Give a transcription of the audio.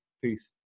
Peace